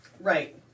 Right